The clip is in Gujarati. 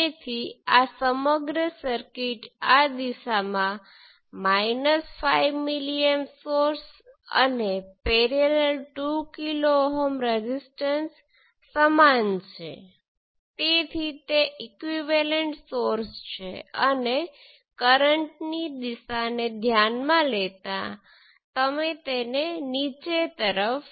તેથી V2 આપણે તેને I2 2 millisiemens × V2 × 1 kilo Ωs માનીએ છીએ અને આમાંથી આપણને V2 મળે છે જે 1 3 કિલો Ω × I2 અને આપણે એમ પણ કહ્યું કે V1 એ V2 બરાબર છે